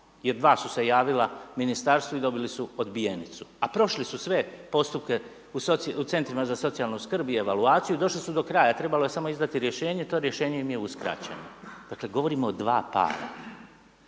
jer dva su se javila ministarstvu i dobili su odbijenicu, a prošli su sve postupke u centrima za socijalnu skrb i evaluaciju, došli su do kraja, trebalo je samo izdati rješenje, to rješenje im je uskraćeno. Dakle govorimo o 2 para.